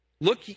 look